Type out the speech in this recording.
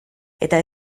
eta